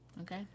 Okay